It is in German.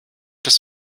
das